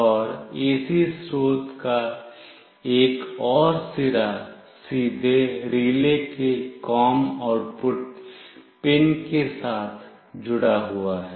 और AC स्रोत का एक और सिरा सीधे रिले के COM आउटपुट पिन के साथ जुड़ा हुआ है